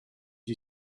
you